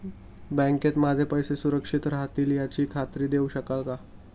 बँकेत माझे पैसे सुरक्षित राहतील याची खात्री देऊ शकाल का?